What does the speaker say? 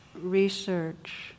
research